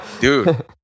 Dude